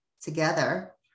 together